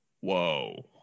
Whoa